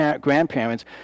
grandparents